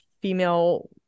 female